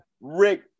Rick